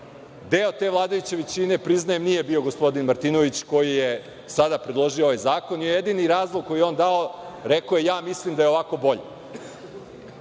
te vladajuće većine, priznajem, nije bio gospodin Martinović, koji je sada predložio ovaj zakon. Jedini razlog koji je on dao, rekao je: „Ja mislim da je ovako bolje“.